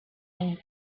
need